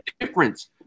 difference